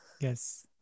Yes